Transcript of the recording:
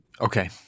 Okay